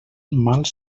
mals